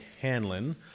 Hanlon